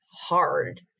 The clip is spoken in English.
hard